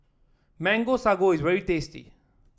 Mango Sago is very tasty